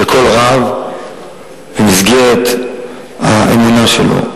במסגרת האמונה שלו,